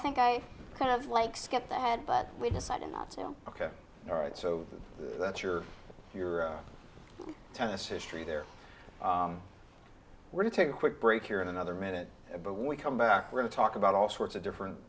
think i kind of like skip the head but we decided not to go ok all right so that's your your tennis history there were to take a quick break here in another minute but when we come back we'll talk about all sorts of different